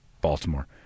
Baltimore